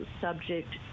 subject